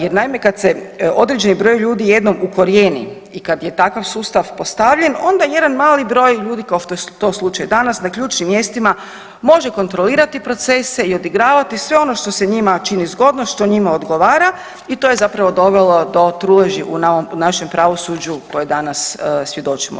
Jer naime kad se određeni broj ljudi jednom ukorijeni i kad je takav sustav postavljen onda jedan mali broj ljudi kao, to je slučaj danas na ključnim mjestima može kontrolirati procese i odigravati sve ono što se njima čini zgodno, što njima odgovara i to je zapravo doveli do truleži u našem pravosuđu kojoj danas svjedočimo.